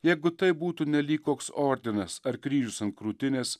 jeigu tai būtų nelyg koks ordinas ar kryžius ant krūtinės